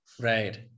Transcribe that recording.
Right